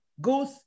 goes